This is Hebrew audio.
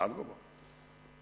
אדרבה.